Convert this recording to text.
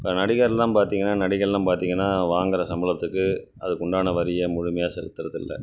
இப்போ நடிகரெலாம் பார்த்தீங்கன்னா நடிகரெல்லாம் பார்த்தீங்கன்னா வாங்குகிற சம்பளத்துக்கு அதுக்கு உண்டான வரியை முழுமையாக செலுத்துறதில்லை